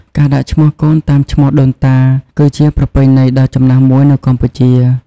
ការដាក់ឈ្មោះកូនតាមឈ្មោះដូនតា គឺជាប្រពៃណីដ៏ចំណាស់មួយនៅកម្ពុជា។